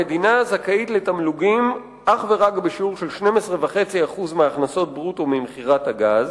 המדינה זכאית לתמלוגים אך ורק בשיעור 12.5% מההכנסות ברוטו ממכירת הגז,